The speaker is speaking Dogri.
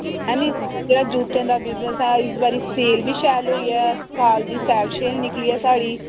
है नी जेह्ड़ा साढ़ा जूत्तें दा बिजनेस ऐ इस बारी सेल बी शैल होई ऐ साल दी शैल सेल निकली ऐ साढ़ी